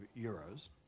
euros